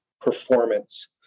performance